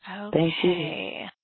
Okay